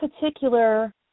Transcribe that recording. particular